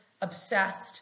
obsessed